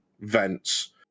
vents